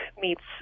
meets